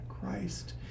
Christ